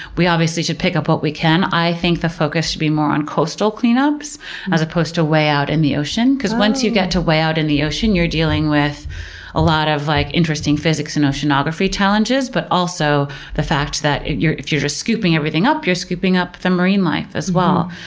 we obviously should pick up what we can. i think the focus should be more on coastal cleanups as opposed to way out in the ocean, because once you get way out in the ocean, you're dealing with a lot of like interesting physics and oceanography challenges, but also the fact that if you're just scooping everything up, you're scooping up the marine life as well.